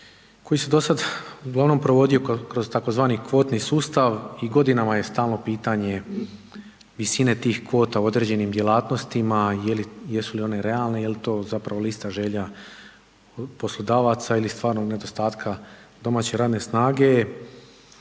koji se do sada uglavnom provodio kroz tzv. kvotni sustav i godinama je stalno pitanje visine tih kvota u određenim djelatnostima, jesu li one realne, je li to zapravo lista želja poslodavaca ili stvarnog nedostatka domaće radne snage.